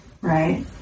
right